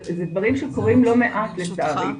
אלה דברים שקורים לא מעט לצערי.